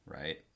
right